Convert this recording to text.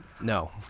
No